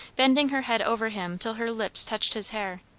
bending her head over him till her lips touched his hair.